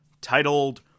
titled